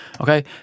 Okay